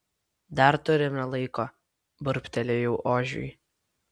dar turime laiko burbtelėjau ožiui